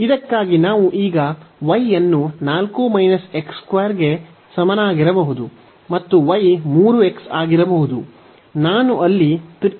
ಇದಕ್ಕಾಗಿ ನಾವು ಈಗ y ಅನ್ನು 4 x 2 ಗೆ ಸಮನಾಗಿರಬಹುದು ಮತ್ತು y 3x ಆಗಿರಬಹುದು